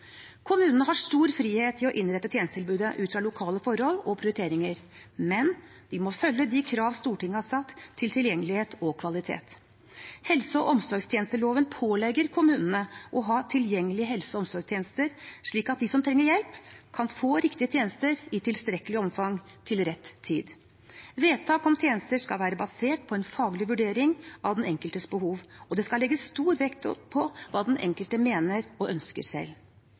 Kommunene har stor frihet til å innrette tjenestetilbudet ut fra lokale forhold og prioriteringer, men de må følge de krav Stortinget har satt til tilgjengelighet og kvalitet. Helse- og omsorgstjenesteloven pålegger kommunene å ha tilgjengelige helse- og omsorgstjenester, slik at de som trenger hjelp, kan få riktige tjenester i tilstrekkelig omfang til rett tid. Vedtak om tjenester skal være basert på en faglig vurdering av den enkeltes behov, og det skal legges stor vekt på hva den enkelte mener og ønsker selv.